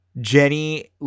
Jenny